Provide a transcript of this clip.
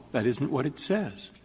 that isn't what it says.